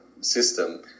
system